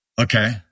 Okay